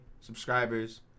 subscribers